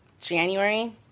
January